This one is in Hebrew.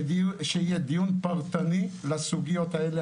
שיהיה דיון פרטני לסוגיות האלה.